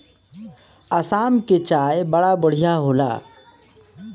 आसाम के चाय बड़ा बढ़िया होला